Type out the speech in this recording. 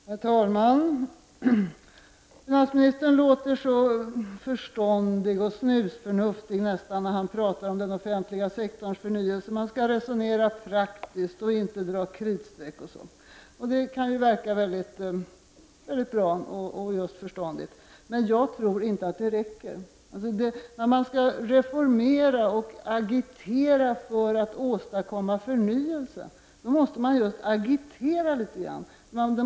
Herr talman! Finansministern låter så förståndig och nästan snusförnuftig när han talar om den offentliga sektorns förnyelse. Man skall resonera praktiskt, inte dra kritstreck osv. Det kan ju verka bra och just förståndigt. Jag tror emellertid inte att det räcker. När man skall reformera och agitera för att åstadkomma förnyelse, måste man just agitera litet grand.